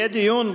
יהיה דיון,